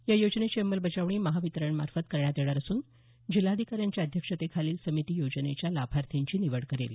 या योजनेची अंमलबजावणी महावितरण मार्फत करण्यात येणार असून जिल्हाधिकाऱ्यांच्या अध्यक्षतेखालील समिती योजनेच्या लाभार्थींची निवड करेल